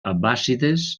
abbàssides